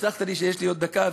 הבטחת לי שיש לי עוד דקה,